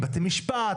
בתי משפט,